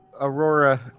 Aurora